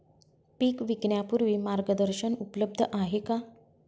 पीक विकण्यापूर्वी मार्गदर्शन उपलब्ध आहे का?